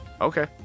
Okay